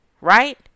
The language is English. Right